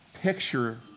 picture